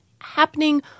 happening